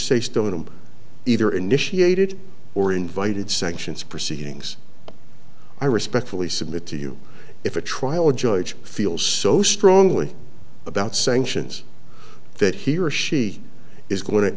say stone and either initiated or invited sanctions proceedings i respectfully submit to you if a trial a judge feels so strongly about sanctions that he or she is going to